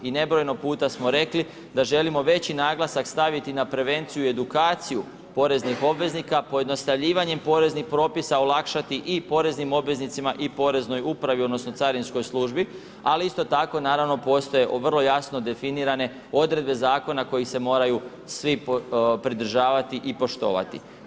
I nebrojeno puta smo rekli da želimo veći naglasak staviti na prevenciju i edukaciju poreznih obveznika, pojednostavljivanje poreznih propisa i olakšati i poreznim obveznicima i poreznoj upravi, odnosno carinskoj službi, ali isto tako naravno postoje vrlo jasno definirane odredbe zakona kojih se moraju svi pridržavati i poštovati.